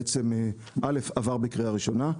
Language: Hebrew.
בעצם א' עבר בקריאה ראשונה,